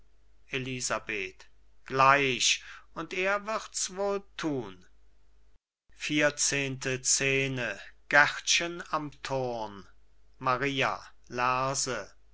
elisabeth gleich und er wird's wohl tun maria lerse